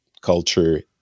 culture